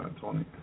Tony